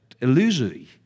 illusory